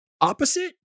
opposite